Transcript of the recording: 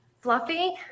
Fluffy